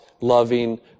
loving